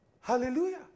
Hallelujah